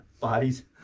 bodies